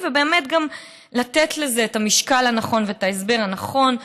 ובאמת גם לתת לזה את המשקל הנכון ואת ההסבר הנכון,